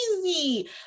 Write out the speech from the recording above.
crazy